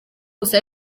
gusa